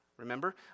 remember